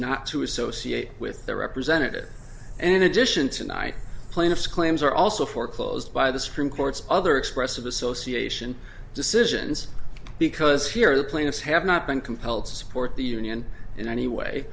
not to associate with their representative an addition tonight plaintiffs claims are also foreclosed by the supreme court's other expressive association decisions because here the plaintiffs have not been compelled to support the union in any way